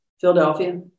Philadelphia